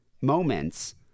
moments